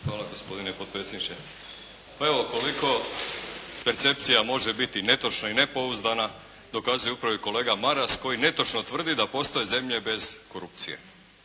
Hvala gospodine potpredsjedniče. Pa evo, koliko percepcija može biti netočna i nepouzdana dokazuje upravo i kolega Maras koji netočno tvrdi da postoje zemlje bez korupcije.